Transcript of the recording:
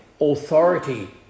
authority